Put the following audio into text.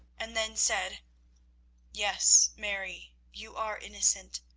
and then said yes, mary, you are innocent.